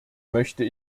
möchte